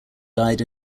died